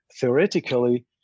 theoretically